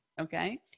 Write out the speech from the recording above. okay